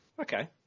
Okay